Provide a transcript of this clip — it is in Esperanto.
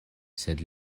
sed